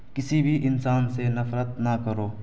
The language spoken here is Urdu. کسی بھی انسان سے نفرت نہ کرو